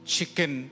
Chicken